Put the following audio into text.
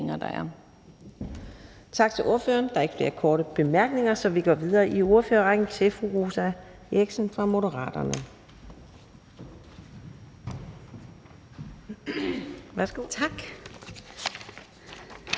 Tak til ordføreren. Der er ikke flere korte bemærkninger, så vi går videre i ordførerrækken til fru Rosa Eriksen fra Moderaterne.